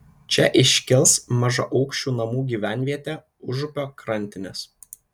čia iškils mažaaukščių namų gyvenvietė užupio krantinės